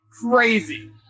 crazy